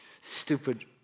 stupid